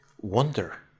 wonder